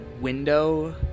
window